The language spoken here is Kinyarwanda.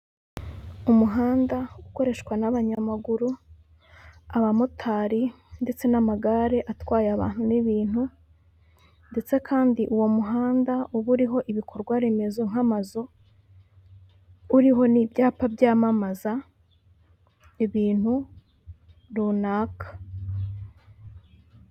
Umuhanda ukoreshwa n'abanyamaguru, abamotari ndetse n'amagare atwaye abantu n'ibintu. Ndetse kandi uwo muhanda uba uriho ibikorwaremezo nk'amazu, uriho n'ibyapa byamamaza ibintu runaka.